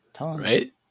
Right